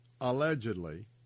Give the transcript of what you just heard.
allegedly